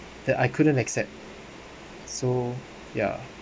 that I couldn't accept so ya